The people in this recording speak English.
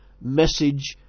message